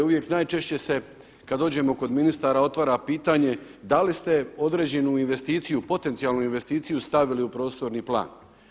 Uvijek najčešće se kad dođemo kod ministara otvara pitanje da li ste određenu investiciju, potencijalnu investiciju stavili u prostorni plan?